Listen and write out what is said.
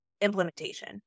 implementation